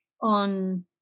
on